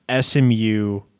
SMU